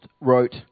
wrote